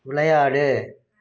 விளையாடு